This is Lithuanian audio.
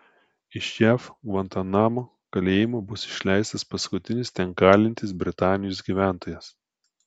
iš jav gvantanamo kalėjimo bus išleistas paskutinis ten kalintis britanijos gyventojas